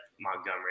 Montgomery